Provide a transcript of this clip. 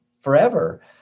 forever